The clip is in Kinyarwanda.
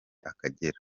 akagera